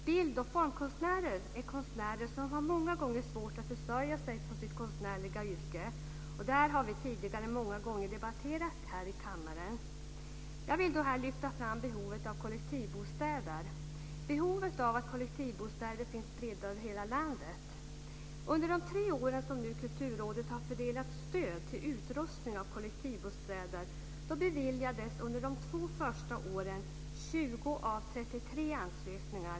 Bild och formkonstnärer är konstnärer som många gånger har svårt att försörja sig på sitt konstnärliga yrke. Det har vi debatterat många gånger tidigare här i kammaren. Jag vill här lyfta fram behovet av att kollektivverkstäder finns spridda över hela landet. Under de tre år som Kulturrådet har fördelat stöd till utrustning av kollektivverkstäder beviljades under de två första åren 20 av 33 ansökningar.